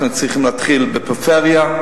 אנחנו צריכים להתחיל בפריפריה,